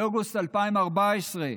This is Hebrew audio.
באוגוסט 2014,